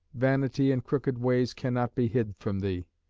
vanity and crooked ways cannot be hid from thee.